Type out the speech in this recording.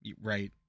right